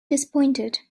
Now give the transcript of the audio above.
disappointed